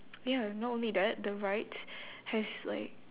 ya not only that the rides has like